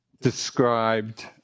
described